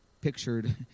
pictured